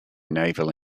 naval